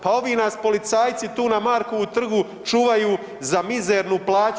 Pa ovi nas policajci tu na Markovu trgu čuvaju za mizernu plaću.